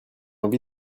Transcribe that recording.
envie